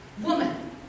Woman